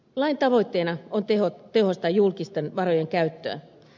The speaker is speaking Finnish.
lain tavoitteena on tehostaa julkisten varojen käyttöä